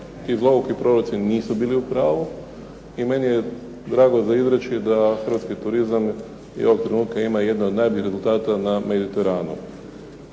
zloguki proroci nisu bili u pravu, i meni je drago …/Govornik se ne razumije./… da hrvatski turizam i ovog trenutka ima jedno od najboljih rezultata na Mediteranu.